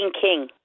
king